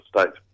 states